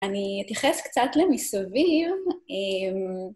אני אתייחס קצת למסביב.